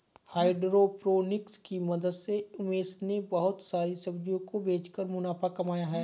hydroponics की मदद से उमेश ने बहुत सारी सब्जियों को बेचकर मुनाफा कमाया है